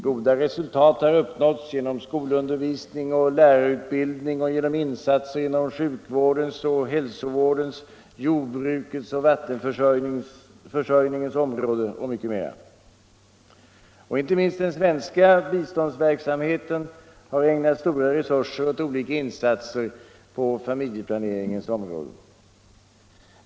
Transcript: Goda resultat har uppnåtts genom skolundervisning och lärarutbildning och genom insatser inom sjukvårdens och hälsovårdens, jordbrukets och vattenförsörjningens områden och mycket mera. Inte minst den svenska biståndsverksamheten har ägnat stora resurser åt olika insatser på familjeplaneringens område.